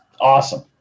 awesome